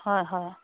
হয় হয়